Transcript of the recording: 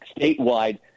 statewide